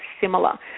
similar